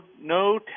no